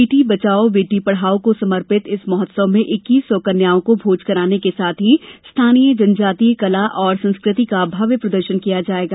बेटी बचाओ बेटी पढ़ाओ को समर्पित इस महोत्सव में इक्कीस सौ कन्याओं को भोज कराने के साथ ही स्थानीय जनजातीय कला और संस्कृति का भव्य प्रदर्शन किया जाएगा